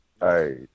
Hey